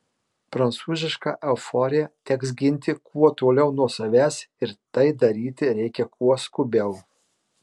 prancūzišką euforiją teks ginti kuo toliau nuo savęs ir tai daryti reikia kuo skubiau